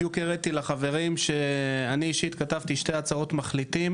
בדיוק הראיתי לחברים שאני אישית כתבתי שתי הצעות מחליטים